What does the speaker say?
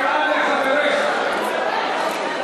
חברת הכנסת תמר זנדברג, את מפריעה לחברךְ.